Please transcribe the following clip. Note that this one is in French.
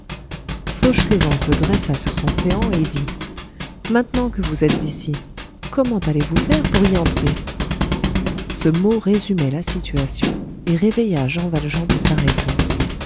fauchelevent se dressa sur son séant et dit maintenant que vous êtes ici comment allez-vous faire pour y entrer ce mot résumait la situation et réveilla jean valjean de sa rêverie